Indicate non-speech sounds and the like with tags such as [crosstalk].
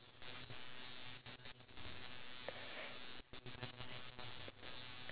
next time I know if you call my name I'll just pretend that I don't hear you so that you can shout my name [laughs]